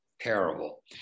terrible